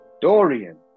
Dorian